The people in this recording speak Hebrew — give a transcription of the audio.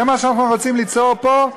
זה מה שאנחנו רוצים ליצור פה,